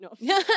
No